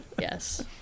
Yes